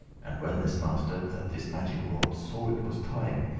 and when this master, that this magic wrought, saw it was time,